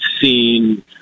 seen